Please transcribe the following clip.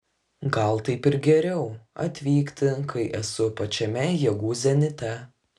gal taip ir geriau atvykti kai esu pačiame jėgų zenite